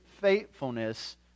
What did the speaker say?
faithfulness